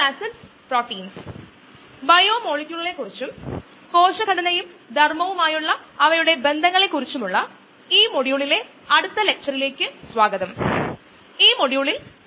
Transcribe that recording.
ഒരു എൻസൈം പ്രതികരണത്തിനായി നമ്മൾ മൈക്കിളിസ് മെന്റൻ കയ്നെറ്റിക്സ് നോക്കിയിരുന്നു അവിടെ ഉള്ള പ്രക്രിയ എൻസൈമും അതുപോലെ സബ്സ്ട്രേറ്റ്ഉം ആണ് അതു നമുക്ക് എൻസൈം സബ്സ്ട്രേറ്റ് കോംപ്ലക്സ് തരുന്നു